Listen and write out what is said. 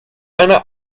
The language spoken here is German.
eine